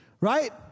Right